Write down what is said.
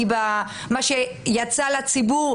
כי מה שיצא לציבור,